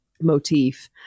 motif